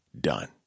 done